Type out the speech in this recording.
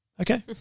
okay